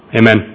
Amen